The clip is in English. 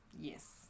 Yes